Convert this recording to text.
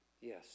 Yes